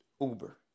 Uber